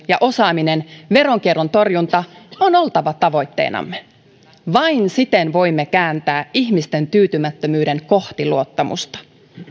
ja osaamisen veronkierron torjunnan on oltava tavoitteinamme vain siten voimme kääntää ihmisten tyytymättömyyden kohti luottamusta